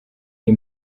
iyi